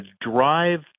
drive